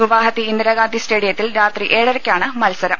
ഗുവാഹതി ഇന്ദിരാ ഗാന്ധി സ്റ്റേഡിയത്തിൽ രാത്രി ഏഴരയ്ക്കാണ് മത്സരം